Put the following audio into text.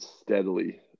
steadily